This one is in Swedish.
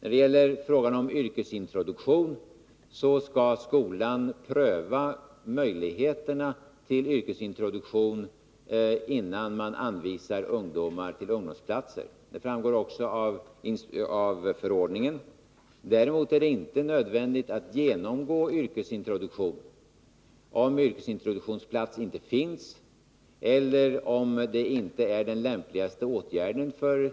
När det gäller frågan om yrkesintroduktion skall skolan pröva möjligheterna till yrkesintroduktion innan ungdomar anvisas ungdomsplatser. Det framgår också av förordningen. Däremot är det inte nödvändigt att genomgå yrkesintroduktion om yrkesintroduktionsplats inte finns eller om det inte är den lämpligaste åtgärden för